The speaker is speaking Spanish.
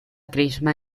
crisma